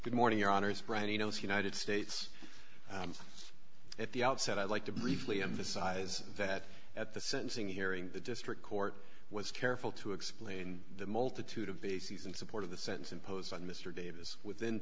good morning your honor sparano so united states at the outset i'd like to briefly emphasize that at the sentencing hearing the district court was careful to explain the multitude of bases and support of the sentence imposed on mr davis within